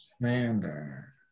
Slander